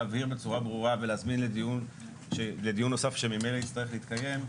להבהיר בצורה ברורה ולהזמין לדיון נוסף שממילא יצטרך להתקיים,